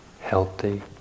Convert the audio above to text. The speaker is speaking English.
healthy